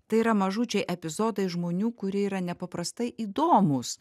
tai yra mažučiai epizodai žmonių kurie yra nepaprastai įdomūs